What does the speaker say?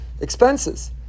expenses